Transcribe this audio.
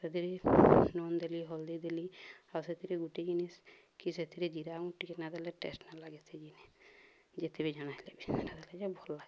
ସେଥିରେ ନୁନ୍ ଦେଲି ହଳଦୀ ଦେଲି ଆଉ ସେଥିରେ ଗୁଟେ ଜିନିଷ୍ କି ସେଥିରେ ଜିରା ମୁଁ ଟିକେ ନା ଦେଲେ ଟେଷ୍ଟ୍ ନ ଲାଗେ ସେ ଜିନି ଯେତେ ବି ଜଣା ହେଲେ ବି ଦେଲେ ଯେ ଭଲ ଲାଗ୍ସି